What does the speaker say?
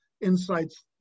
insights